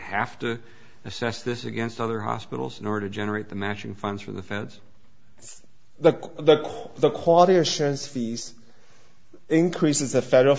have to assess this against other hospitals in order to generate the matching funds for the fence the the corps the quality assurance fees increases the federal